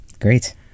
Great